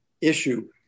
issue